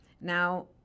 Now